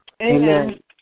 Amen